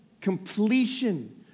completion